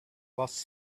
was